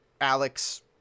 Alex